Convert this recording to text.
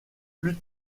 plus